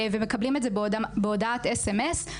ומקבלים את זה בהודעת sms,